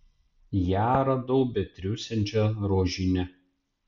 ją radau betriūsiančią rožyne